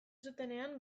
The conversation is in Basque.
zutenean